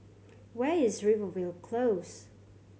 where is Rivervale Close